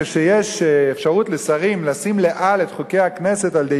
כשיש אפשרות לשרים לשים לאל את חוקי הכנסת על-ידי